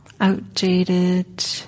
outdated